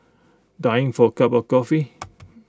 dying for A cup of coffee